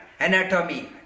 anatomy